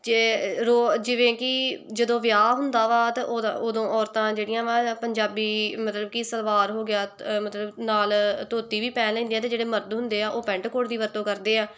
ਜੇ ਰੋ ਜਿਵੇਂ ਕਿ ਜਦੋਂ ਵਿਆਹ ਹੁੰਦਾ ਵਾ ਤਾਂ ਉਦੋਂ ਉਦੋਂ ਔਰਤਾਂ ਜਿਹੜੀਆਂ ਵਾ ਪੰਜਾਬੀ ਮਤਲਬ ਕਿ ਸਲਵਾਰ ਹੋ ਗਿਆ ਮਤਲਬ ਨਾਲ਼ ਧੋਤੀ ਵੀ ਪਹਿਨ ਲੈਂਦੀਆਂ ਅਤੇ ਜਿਹੜੇ ਮਰਦ ਹੁੰਦੇ ਆ ਉਹ ਪੈਂਟ ਕੋਟ ਦੀ ਵਰਤੋਂ ਕਰਦੇ ਆ